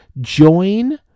join